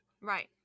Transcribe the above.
Right